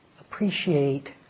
appreciate